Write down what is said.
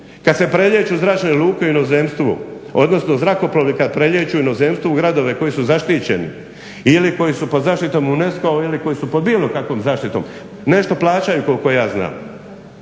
kad se prelijeću zračne luke u inozemstvu, odnosno zrakoplovi kad prelijeću u inozemstvu gradove koji su zaštićeni ili koji su pod zaštitom UNESCO-a ili koji su pod bilo kakvom zaštitom nešto plaćaju koliko ja znam.